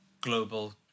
global